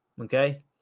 okay